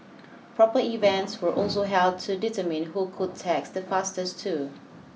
proper events were also held to determine who could text the fastest too